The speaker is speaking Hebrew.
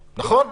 נכון?